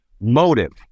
motive